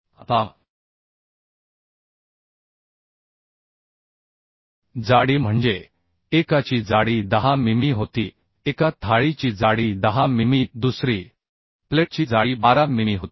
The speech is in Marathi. आता जाडी म्हणजे एकाची जाडी 10 मिमी होती एका थाळीची जाडी 10 मिमी दुसरी प्लेटची जाडी 12 मिमी होती